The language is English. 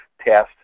test